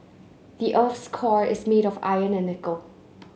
the earth's core is made of iron and nickel